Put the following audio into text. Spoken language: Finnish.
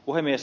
puhemies